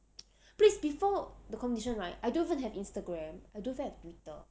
please before the competition right I don't even have Instagram I don't even have Twitter